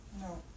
No